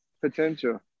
potential